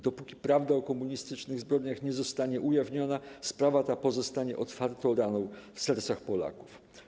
Dopóki prawda o komunistycznych zbrodniach nie zostanie ujawniona, sprawa ta pozostanie otwartą raną w sercach Polaków.